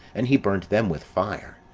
and he burnt them with fire.